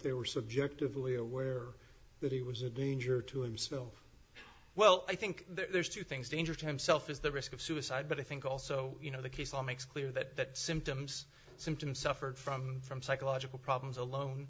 they were subjectively aware that he was a danger to himself well i think there's two things danger to himself is the risk of suicide but i think also you know the case law makes clear that symptoms symptoms suffered from from psychological problems alone